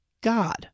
God